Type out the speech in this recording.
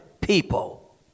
people